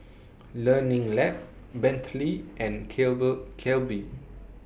Learning Lab Bentley and Calbee